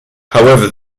however